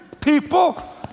people